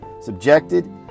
subjected